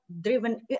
driven